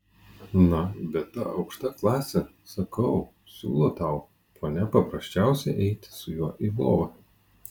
na bet ta aukšta klasė sakau siūlo tau ponia paprasčiausiai eiti su juo į lovą